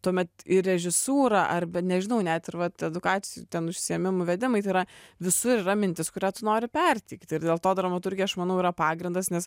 tuomet į režisūrą arba nežinau net ir vat edukacijų ten užsiėmimų vedimai tai yra visur yra mintis kurią tu nori perteikti ir dėl to dramaturgija aš manau yra pagrindas nes